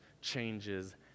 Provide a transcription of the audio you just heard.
changes